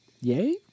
Yay